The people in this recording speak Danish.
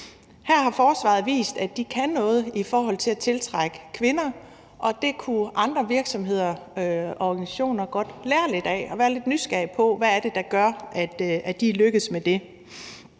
Her har forsvaret vist, at de kan noget i forhold til at tiltrække kvinder, og det kunne andre virksomheder og organisationer godt lære lidt af, altså at være lidt nysgerrig på, hvad der gør, at de er lykkedes med det.